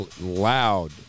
loud